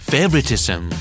Favoritism